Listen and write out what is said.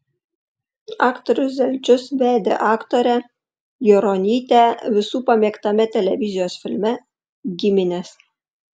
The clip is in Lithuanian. aktorius zelčius vedė aktorę juronytę visų pamėgtame televizijos filme giminės